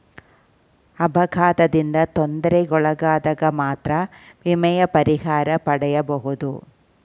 ಅಪಘಾತದಿಂದ ತೊಂದರೆಗೊಳಗಾದಗ ಮಾತ್ರ ವಿಮೆಯ ಪರಿಹಾರ ಪಡೆಯಬಹುದು